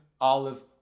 olive